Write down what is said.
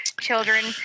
children